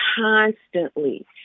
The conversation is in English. constantly